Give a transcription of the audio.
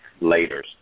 later